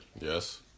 Yes